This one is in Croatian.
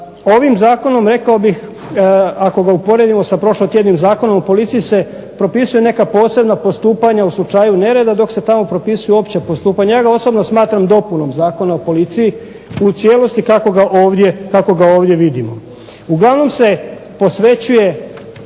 Ovim zakonom rekao bih, ako ga usporedimo sa prošlotjednim zakonom, policiji se propisuju neka posebna postupanja u slučaju nereda dok se tamo propisuju opća postupanja. Ja ga osobno smatram dopunom Zakona o policiji, u cijelosti kako ga ovdje vidimo. Uglavnom se posvećuje